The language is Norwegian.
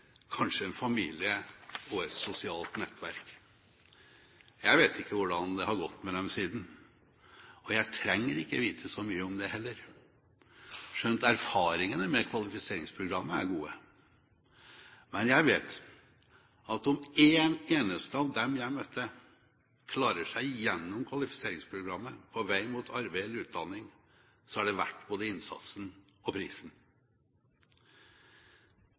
kanskje en familie og et sosialt nettverk. Jeg vet ikke hvordan det har gått med dem siden, og jeg trenger ikke vite så mye om det heller. Skjønt erfaringene med kvalifiseringsprogrammet er gode. Men jeg vet at om én eneste av dem jeg møtte, klarer seg gjennom kvalifiseringsprogrammet på vei mot arbeid eller utdanning, er det verdt både innsatsen og prisen.